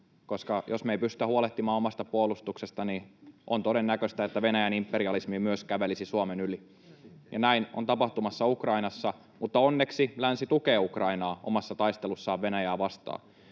Jos me ei pystytä huolehtimaan omasta puolustuksestamme, on todennäköistä, että Venäjän imperialismi myös kävelisi Suomen yli. Näin on tapahtumassa Ukrainassa, mutta onneksi länsi tukee Ukrainaa omassa taistelussaan Venäjää vastaa.